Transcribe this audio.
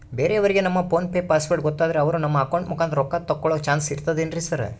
ಬೇರೆಯವರಿಗೆ ನಮ್ಮ PhonePe password ಗೊತ್ತಾದ್ರೆ ಅವರು ನಮ್ಮ ಅಕೌಂಟ್ ಮುಖಾಂತರ ರೊಕ್ಕ ತಕ್ಕೊಳ್ಳೋ ಚಾನ್ಸ್ ಇರ್ತದೆನ್ರಿ ಸರ್?